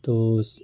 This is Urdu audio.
تو